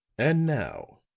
and now,